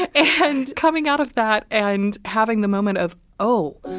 and coming out of that and having the moment of, oh,